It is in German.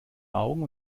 augen